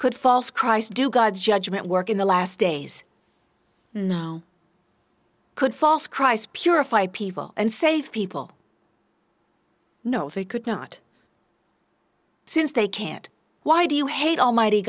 could false christ do god's judgment work in the last days could false christ purify people and save people no they could not since they can't why do you hate almighty